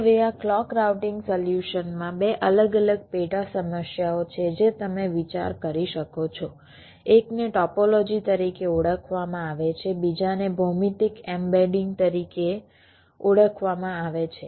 હવે આ clock routing સોલ્યુશનમાં 2 અલગ અલગ પેટા સમસ્યાઓ છે જે તમે વિચારી શકો છો એકને ટોપોલોજી તરીકે ઓળખવામાં આવે છે બીજાને ભૌમિતિક એમ્બેડિંગ તરીકે ઓળખવામાં આવે છે